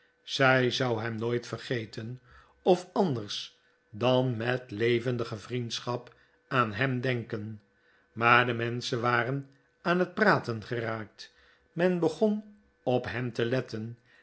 zij zou hem nooit vergeten of anders dan met levendige vriendschap aan hem denken maar de menschen waren aan het praten geraakt men begon op hen te letten